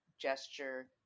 gesture